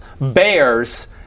Bears